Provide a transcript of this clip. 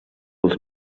els